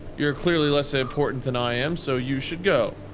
you're clearly less ah important than i am so you should go.